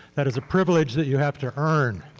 that is a privilege that you have to earn.